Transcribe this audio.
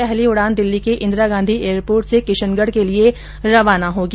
पहली उड़ान दिल्ली के इंदिरा गांधी एयरपोर्ट से किशनगढ के लिये रवाना होगी